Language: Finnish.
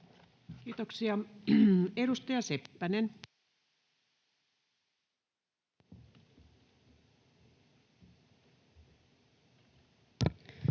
Kiitoksia. — Edustaja Seppänen.